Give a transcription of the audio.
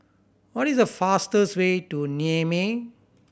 what is the fastest way to Niamey